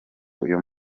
uyu